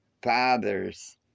Father's